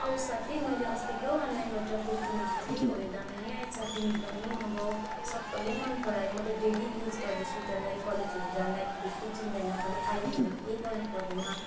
औ साथी मैले अस्ति के हो अनलाइनबाट कुर्ती मगाएको थिएँ नि हो यो दामी आएछ तिमी पनि मगाउ सबैले मन परायो म त डेली युज गर्दैछु त्यसलाई कलेजहरू जाँदाखेरि कुच्चिँदैन पनि आइरनहरू केही गर्नु पर्दैन